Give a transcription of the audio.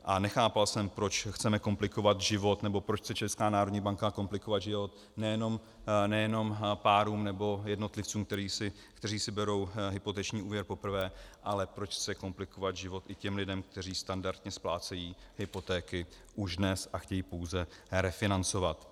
A nechápal jsem, proč chceme komplikovat život, nebo proč chce Česká národní banka komplikovat život nejenom párům nebo jednotlivcům, kteří si berou hypoteční úvěr poprvé, ale proč chce komplikovat život i těm lidem, kteří standardně splácejí hypotéky už dnes a chtějí pouze refinancovat.